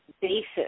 basis